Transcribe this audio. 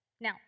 Now